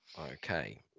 okay